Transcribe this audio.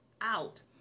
out